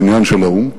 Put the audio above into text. בניין של האו"ם.